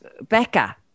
Becca